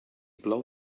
plou